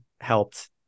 helped